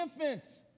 infants